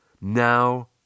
Now